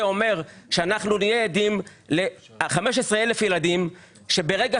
זה אומר שאנחנו נהיה עדים ל-15,000 ילדים שברגע